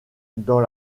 dans